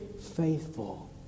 faithful